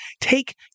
take